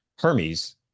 Hermes